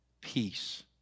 Peace